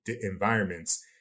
environments